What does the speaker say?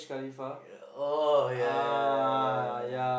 yeah oh yeah yeah yeah yeah yeah